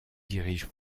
dirige